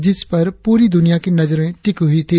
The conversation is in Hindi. जिस पर पूरी दुनिया की नजरें टिकी हुई थी